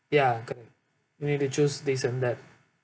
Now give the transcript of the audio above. ya correct you need to choose this and that